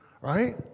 right